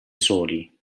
soli